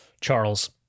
Charles